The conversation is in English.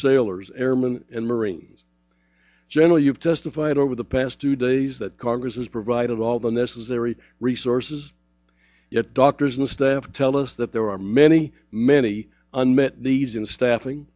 sailors airmen and marines general you've testified over the past two days that congress has provided all the necessary resources yet doctors and staff tell us that there are many many unmet needs in staffing